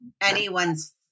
anyone's